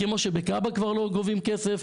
כמו שבכב"ה כבר לא גובים כסף,